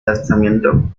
lanzamiento